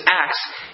acts